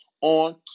on